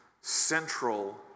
central